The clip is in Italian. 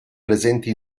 presenti